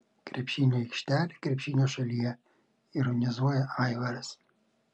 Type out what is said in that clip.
krepšinio aikštelė krepšinio šalyje ironizuoja aivaras